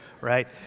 right